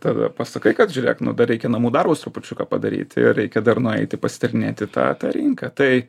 tada pasakai kad žiūrėk dar reikia namų darbus trupučiuką padaryti ir reikia dar nueiti pasityrinėti tą tą rinką tai